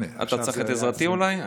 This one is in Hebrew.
אתה צריך את עזרתי, אולי?